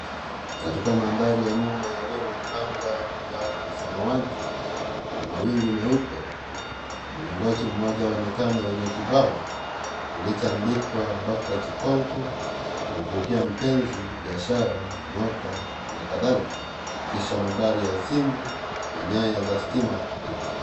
Katika mandhari ya nyuma yaliyo na anga ya samawati na mawingu meupe mlingoti mmoja waonekana wenye kibao kilichoandikwa dokta chikonko kumvutia mpenzi biashara na nyota na kadhalika kisha nambari ya simu na nyaya za stima kupita.